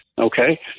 okay